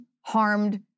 harmed